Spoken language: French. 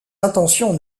intentions